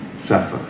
suffer